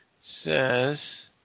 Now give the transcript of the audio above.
says